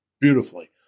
beautifully